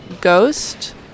ghost